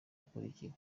akurikira